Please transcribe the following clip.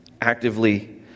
actively